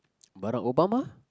Barack-Obama